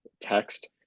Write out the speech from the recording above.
text